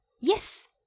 Yes